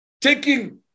taking